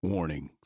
warning